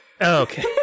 okay